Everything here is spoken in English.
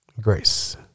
Grace